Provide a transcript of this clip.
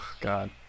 God